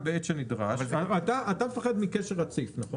אתה מפחד מקשר רציף, נכון?